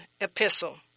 epistle